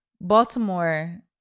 Baltimore